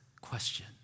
question